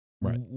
Right